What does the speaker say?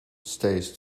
stays